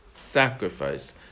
sacrifice